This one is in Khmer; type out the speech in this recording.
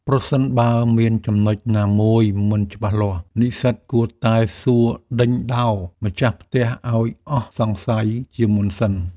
ប្រសិនបើមានចំណុចណាមួយមិនច្បាស់លាស់ និស្សិតគួរតែសួរដេញដោលម្ចាស់ផ្ទះឱ្យអស់សង្ស័យជាមុនសិន។